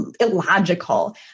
illogical